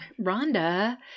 Rhonda